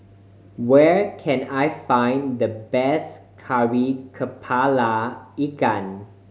where can I find the best Kari Kepala Ikan